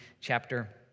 chapter